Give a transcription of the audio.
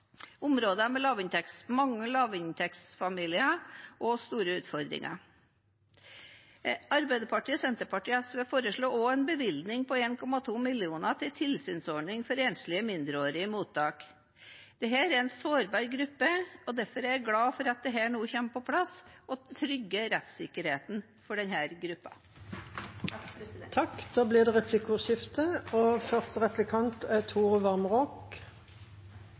med mange lavinntektsfamilier og store utfordringer. Arbeiderpartiet, Senterpartiet og SV foreslår også en bevilgning på 1,2 mill. kr til en tilsynsordning for enslige mindreårige i mottak. Dette er en sårbar gruppe, og derfor er jeg glad for at det kommer på plass og trygger rettssikkerheten for denne gruppen. Det blir replikkordskifte. Representanten Greni nevnte i sitt innlegg at frivilligheten har en viktig rolle i integreringsarbeidet. Det er